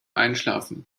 einschlafen